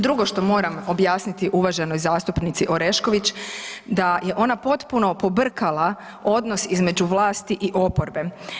Drugo što moram objasniti uvaženoj zastupnici Orešković, da je ona potpuno pobrkala odnos između vlasti i oporbe.